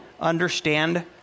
understand